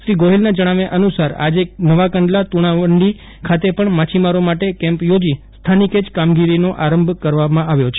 શ્રી ગોહિલના જણાવ્યા અનુસાર આજે નવા કંડલા તુશા વંડી ખાતે પણ માછીમારો માટે કેમ્પ ચોજી સ્થાનિકે જ કામગીરીનો પ્રારંભ કરી દેવામાં આવ્યો છે